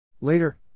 Later